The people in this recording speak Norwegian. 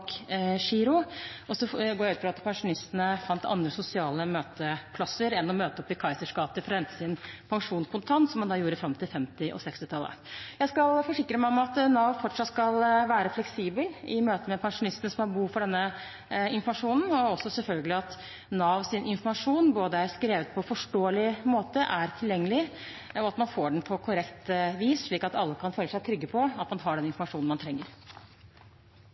og så går jeg ut fra at pensjonistene fant andre sosiale møteplasser enn å møte opp i Keysers gate for å hente sin pensjon kontant, som man gjorde fram til 1950- og 1960-tallet. Jeg skal forsikre meg om at Nav fortsatt skal være fleksibel i møte med pensjonistene som har behov for denne informasjonen, og selvfølgelig også at Navs informasjon er skrevet på et forståelig måte og er tilgjengelig, og at man får den på korrekt vis, slik at alle kan føle seg trygg på at man har den informasjonen man trenger.